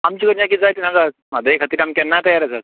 आमच्या कडल्यान किदें जाय तें सांगात म्हादई खातीर आमी केन्नाय तयार आसात